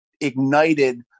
ignited